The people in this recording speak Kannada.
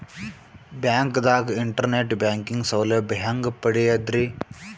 ಬ್ಯಾಂಕ್ದಾಗ ಇಂಟರ್ನೆಟ್ ಬ್ಯಾಂಕಿಂಗ್ ಸೌಲಭ್ಯ ಹೆಂಗ್ ಪಡಿಯದ್ರಿ?